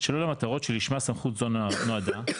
שלא למטרות שלשמה סמכות זו נועדה,